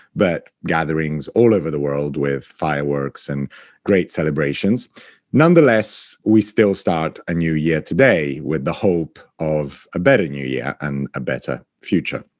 but gatherings all over the world with fireworks and great celebrations nonetheless, we still start a new year today with the hope of a better new year yeah and a better future.